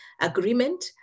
agreement